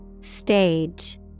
Stage